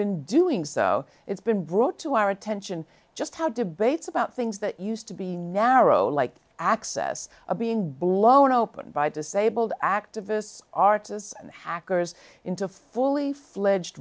been doing so it's been brought to our attention just how debates about things that used to be narrow like access being blown open by disabled activists artists and hackers into fully fledged